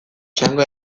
txango